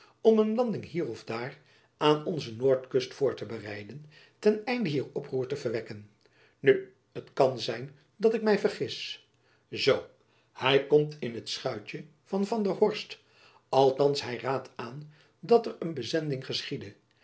om een landing hier of daar aan onze noordkust voor te bereiden ten einde hier oproer te verwekken nu t kan zijn dat ik my vergis zoo hy komt in het schuitjen van van der horst althands hy raadt aan dat er een bezending geschiede